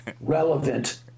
relevant